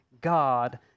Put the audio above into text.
God